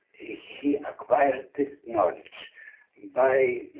ah he acquired this knowledge by,